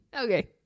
okay